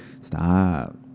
Stop